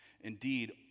Indeed